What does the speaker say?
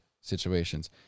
situations